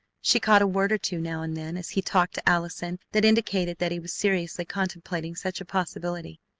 she caught a word or two now and then as he talked to allison that indicated that he was seriously contemplating such a possibility.